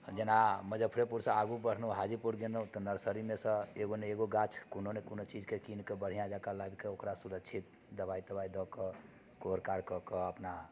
जेना मुजफ्फरेपुर से आगू बढ़लहुँ हाजीपुर गेलहुँ तऽ नर्सरीमेसँ एगो ने एगो गाछ कोनो ने कोनो चीजके कीनके बढ़िआँ जकाँ लाबिके ओकरा सुरक्षित दवाइ तवाइ दऽ कऽ कोर कार कऽ कऽ अपना